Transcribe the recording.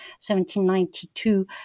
1792